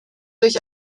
durch